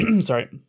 sorry